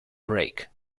brake